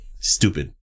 Stupid